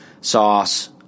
sauce